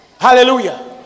hallelujah